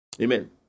Amen